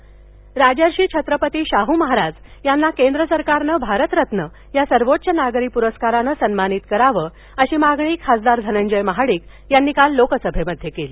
शाह महाराज राजर्षि छत्रपती शाह् महाराज यांना केंद्र सरकारनं भारतरत्न या सर्वोच्च नागरी पुरस्कारानं सन्मानित करावं अशी मागणी खासदार धनंजय महाडिक यांनी काल लोकसभेत केली